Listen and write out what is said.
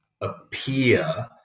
appear